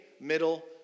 middle